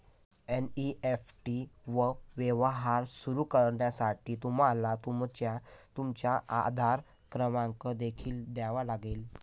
NEFT वर व्यवहार सुरू करण्यासाठी तुम्हाला तुमचा आधार क्रमांक देखील द्यावा लागेल